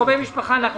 משפחה.